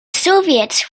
soviets